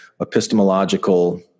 epistemological